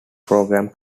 programme